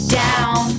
down